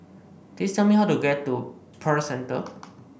please tell me how to get to Pearl Centre